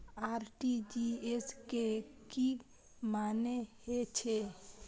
RTGS के की मानें हे छे?